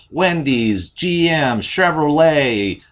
wendy's, gm, chevrolet,